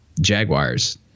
jaguars